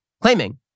claiming